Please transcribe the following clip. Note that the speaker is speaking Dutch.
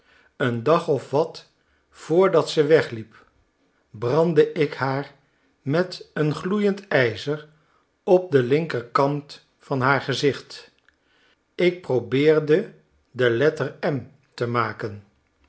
een dag of wat voordat ze wegliep branddeik haar met een gloeiend tjzer op den ltnkerkant van haar gezicht ik probeerde de letter m te maken